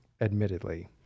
admittedly